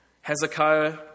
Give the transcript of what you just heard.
Hezekiah